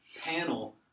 panel